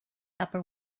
upper